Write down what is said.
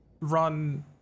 Run